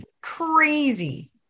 Crazy